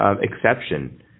exception